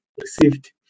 received